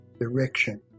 direction